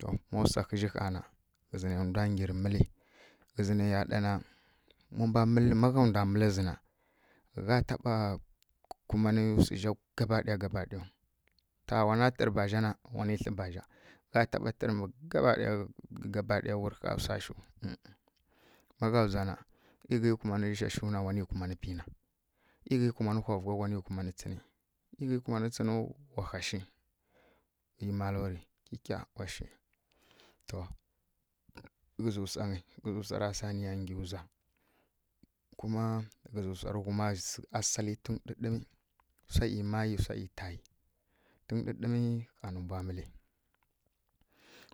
To ma wsa hǝzjǝ ha na ghǝzǝ ne nwda ngirǝ mǝli ghǝzǝ ne ya ɗana ma mbwa mǝllǝ ma gha wda mǝlla zǝna gha taɓa kumanǝ ˈsuzja gabaɗaya gabaɗayau ta wana tǝrǝ bazja na wani tlǝ bazja gha taɓa tǝrǝ́ bǝ gabaɗay gabaɗaya wurǝ haa wsashu em em ma gha wza na mi ghi kumani shashua wani kumani pina ei ghi kumanǝ havughau wani kumani tsini ei ghi kumani tsinu wa ha shi ee malori ƙyiƙya washi to ghǝzǝ wsangyi ghǝzǝ wsa ra saa niya ngi wza kuma ghǝzǝ wsa rǝ ghuma assali tun ɗǝɗǝmi wsa i mayi wsa i tayi tun ɗǝɗǝmi ɦa nǝmba mǝli